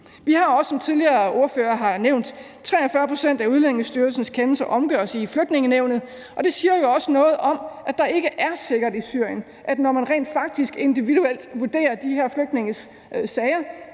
sådan, som tidligere ordførere har nævnt, at 43 pct. af Udlændingestyrelsens kendelser omgøres i Flygtningenævnet, og det siger jo også noget om, at der ikke er sikkert i Syrien, at når man rent faktisk individuelt vurderer de flygtninges sager,